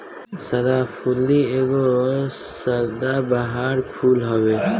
सदाफुली एगो सदाबहार फूल हवे